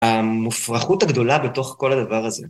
המופרכות הגדולה בתוך כל הדבר הזה.